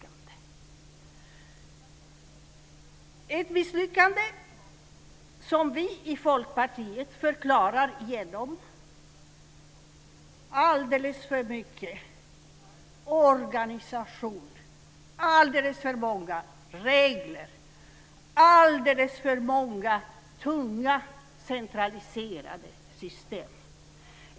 Det är ett misslyckande som vi i Folkpartiet förklarar genom alldeles för mycket organisation, alldeles för många regler, alldeles för många tunga centraliserade system.